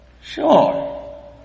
Sure